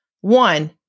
One